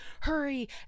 hurry